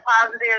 positive